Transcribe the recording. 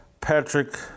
Patrick